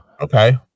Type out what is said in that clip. okay